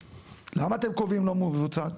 למה אתם קובעים לא מבוצעת?